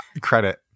Credit